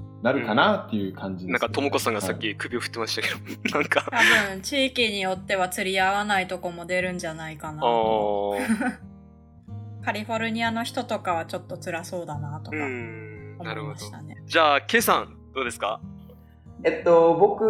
なるかなっていう感じです。うん。なんかトモコさんがさっきはい。首を振ってましたけど、 なんか- 多分地域によっては釣り合わないとこも出るんじゃないかな。 あー。 カリフォルニアの人とかはちょっと辛そうだなとか うん。思いましたね。なるほど。じゃあ、Kさん、どうですか？えっと、僕